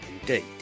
indeed